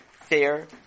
fair